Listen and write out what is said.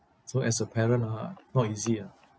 so as a parent ah not easy ah